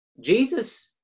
Jesus